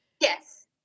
Yes